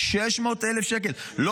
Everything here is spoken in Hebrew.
600,000 שקל -- מה קשור?